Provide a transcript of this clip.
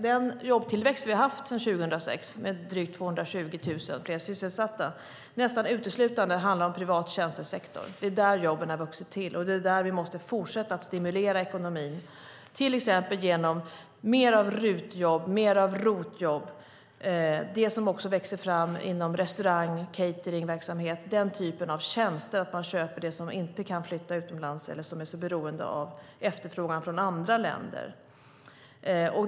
Den jobbtillväxt som vi har haft sedan 2006, med drygt 220 000 fler sysselsatta, handlar nästan uteslutande om privat tjänstesektor. Det är där jobben har vuxit till, och det är där vi måste fortsätta att stimulera ekonomin, till exempel genom fler RUT-jobb, fler ROT-jobb och det som växer fram inom restauranger, cateringverksamhet och den typen av tjänster där man köper det som inte kan flytta utomlands eller som inte är så beroende av efterfrågan från andra länder.